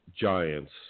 giants